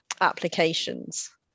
applications